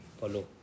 follow